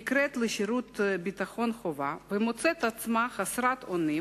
נקראת לשירות ביטחון חובה ומוצאת עצמה חסרת אונים